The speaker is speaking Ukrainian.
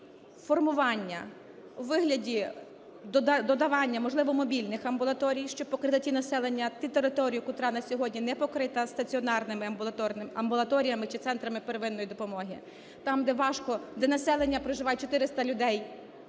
формування у вигляді додавання, можливо, мобільних амбулаторій, щоб покрити населення, ті території, котра на сьогодні не покрита стаціонарними амбулаторіями чи центрами первинної допомоги, там, де важко, де населення проживає 400 людей